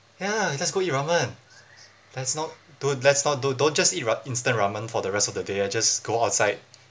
ya let's go eat ramen that's not don't let's not do don't just eat ra~ instant ramen for the rest of the day ah just go outside